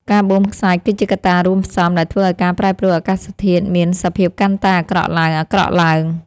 ការបូមខ្សាច់គឺជាកត្តារួមផ្សំដែលធ្វើឱ្យការប្រែប្រួលអាកាសធាតុមានសភាពកាន់តែអាក្រក់ឡើងៗ។